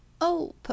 Oh